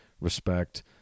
respect